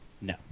no